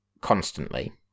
constantly